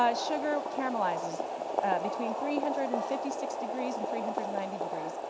ah sugar caramelizes between three hundred and fifty six degrees and three hundred and ninety degrees,